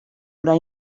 una